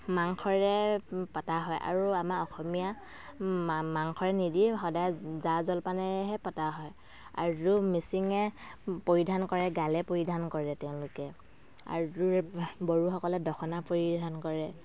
মাংসৰে পাতা হয় আৰু আমাৰ অসমীয়া মাংসৰে নিদিয়ে সদায় জা জলপানেৰেহে পতা হয় আৰু মিচিঙে পৰিধান কৰে গালে পৰিধান কৰে তেওঁলোকে আৰু বড়োসকলে দখনা পৰিধান কৰে